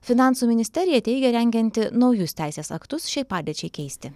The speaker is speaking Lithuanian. finansų ministerija teigia rengianti naujus teisės aktus šiai padėčiai keisti